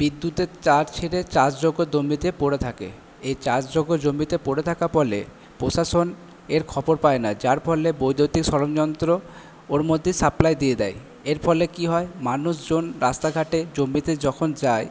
বিদ্যুতের তার ছিঁড়ে চাষযোগ্য জমিতে পড়ে থাকে এই চাষযোগ্য জমিতে পড়ে থাকার ফলে প্রশাসন এর খবর পায় না যার ফলে বৈদ্যুতিক ওর মধ্যে সাপ্লাই দিয়ে দেয় এর ফলে কি হয় মানুষজন রাস্তাঘাটে জমিতে যখন যায়